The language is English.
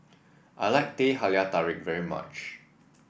I like Teh Halia Tarik very much